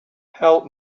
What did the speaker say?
help